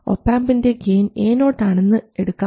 ഒപാംപിൻറെ gain Ao ആണെന്ന് എടുക്കാം